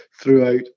throughout